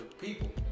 people